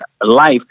life